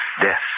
death